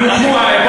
תענה.